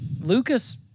Lucas